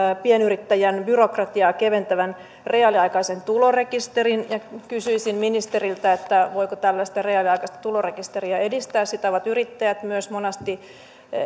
pienyrittäjän byrokratiaa keventävän reaaliaikaisen tulorekisterin kysyisin ministeriltä voiko tällaista reaaliaikaista tulorekisteriä edistää sitä ovat yrittäjät myös monesti